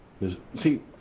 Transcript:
see